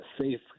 safe